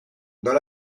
dans